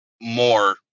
more